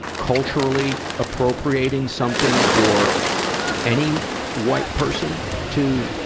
culturally appropriating something for any white person to,